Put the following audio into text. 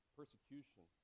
persecution